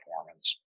performance